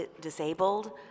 disabled